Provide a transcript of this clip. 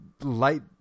light